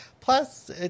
plus